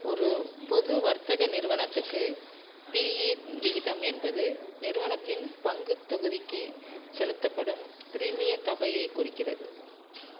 ஒரு பொது வர்த்தக நிறுவனத்துக்கு பீஇ விகிதம் என்பது நிறுவனத்தின் பங்குத் தொகுதிக்குச் செலுத்தப்படும் ப்ரீமிய தொகையைக் குறிக்கிறது